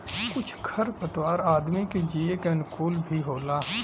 कुछ खर पतवार आदमी के जिये के अनुकूल भी होला